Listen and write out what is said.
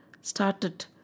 started